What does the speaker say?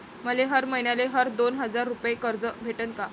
मले हर मईन्याले हर दोन हजार रुपये कर्ज भेटन का?